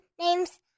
name's